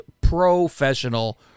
professional